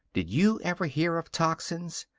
did you ever hear of toxins?